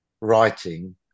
writing